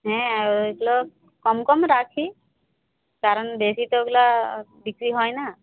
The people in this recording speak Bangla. হ্যাঁ আর ওইগুলো কম কম রাখি কারণ বেশি তো ওগুলো বিক্রি হয়না